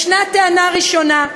יש טענה ראשונה,